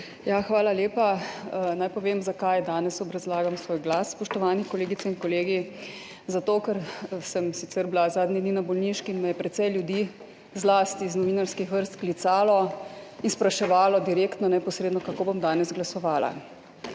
hvala lepa. Naj povem zakaj danes obrazlagam svoj glas. Spoštovani kolegice in kolegi zato ker sem sicer bila zadnje dni na bolniški in me je precej ljudi, zlasti iz novinarskih vrst klicalo in spraševalo direktno, neposredno, kako bom danes glasovala,